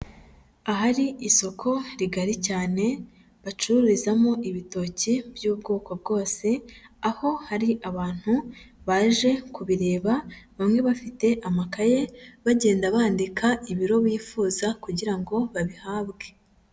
Ahari isoko rigari cyane bacururizamo ibitoki by'ubwoko bwose, aho hari abantu baje kubireba bamwe bafite amakaye bagenda bandika ibiro bifuza kugira ngo babihabwe.